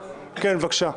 בבקשה.